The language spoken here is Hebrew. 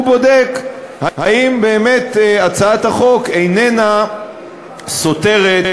הוא בודק אם באמת הצעת החוק איננה סותרת